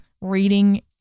reading